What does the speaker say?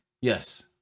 Yes